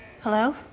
Hello